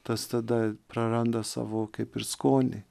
tas tada praranda savo kaip ir skonį